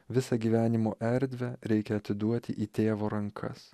visą gyvenimo erdvę reikia atiduoti į tėvo rankas